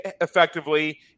effectively